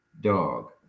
Dog